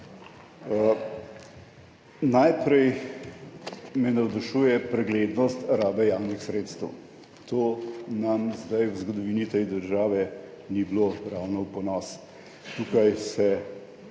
Najprej me navdušuje preglednost rabe javnih sredstev. To nam v zgodovini te države ni bilo ravno v ponos. Tukaj se